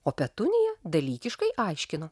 o petunija dalykiškai aiškino